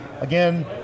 again